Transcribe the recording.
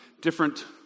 different